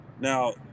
Now